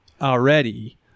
already